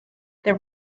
there